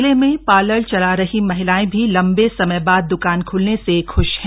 जिले में पार्लर चला रही महिलाएं भी लम्बे समय बाद द्कान ख्लने से ख्श हैं